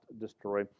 destroy